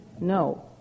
no